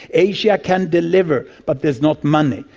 asia can deliver but there is not money.